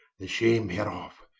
the shame hereof,